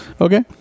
Okay